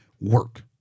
work